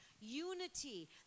Unity